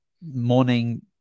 morning